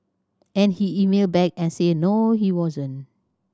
and he emailed back and said no he wasn't